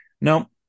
no